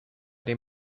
din